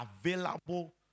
available